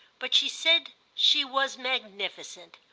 but she said she was magnificent.